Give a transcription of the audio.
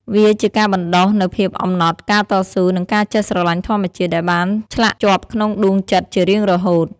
វាជាការបណ្ដុះនូវភាពអំណត់ ការតស៊ូ និងការចេះស្រឡាញ់ធម្មជាតិ ដែលបានឆ្លាក់ជាប់ក្នុងដួងចិត្តជារៀងរហូត។